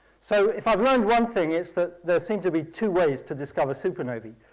so if i've learnt one thing it's that there seem to be two ways to discover supernovae.